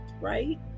right